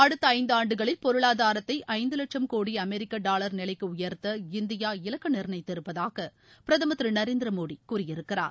அடுத்த இந்தாண்டுகளில் பொருளாதாரத்தை ஐந்து வட்சும் கோடி அமெரிக்கா டாவர் நிலைக்கு உயர்த்த இந்தியா இலக்கு நிர்ணயித்திருப்பதாக பிரதமரம் திரு நரேந்திர மோடி கூறியிருக்கிறார்